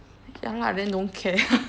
ya lah then don't care ah